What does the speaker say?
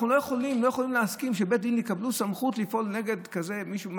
אנחנו לא יכולים להסכים שבתי הדין יקבלו סמכות לפעול נגד מישהו כזה,